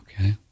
Okay